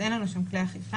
אין לנו שם כלי אכיפה.